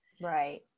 Right